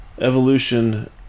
evolution